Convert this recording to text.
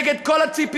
נגד כל הציפיות,